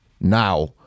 now